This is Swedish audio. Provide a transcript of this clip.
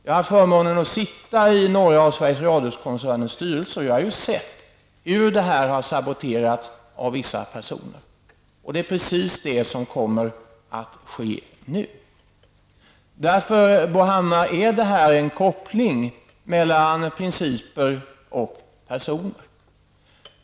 Jag har haft förmånen att sitta i några av Sveriges Radio-koncernens styrelser. Jag har sett hur dessa beslut saboterats av vissa personer. Det är precis det som kommer att ske nu. Det finns därför, Bo Hammar, en koppling mellan principer och personer.